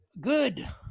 Good